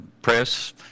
Press